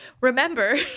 Remember